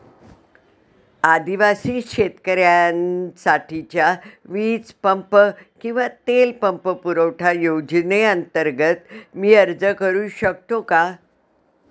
आदिवासी शेतकऱ्यांसाठीच्या वीज पंप किंवा तेल पंप पुरवठा योजनेअंतर्गत मी अर्ज करू शकतो का?